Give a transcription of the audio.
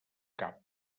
cap